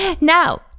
Now